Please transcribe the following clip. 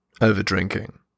over-drinking